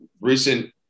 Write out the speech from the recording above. recent